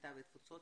הקליטה והתפוצות,